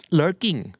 lurking